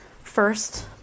first